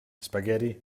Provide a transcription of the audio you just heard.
spaghetti